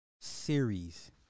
series